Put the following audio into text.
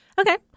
okay